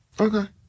Okay